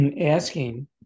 asking